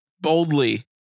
Boldly